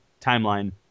timeline